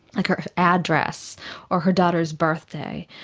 like her address or her daughter's birthday,